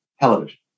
television